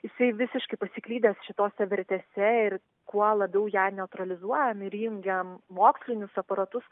jisai visiškai pasiklydęs šitose vertėse ir kuo labiau ją neutralizuojam ir įjungiam mokslinius aparatus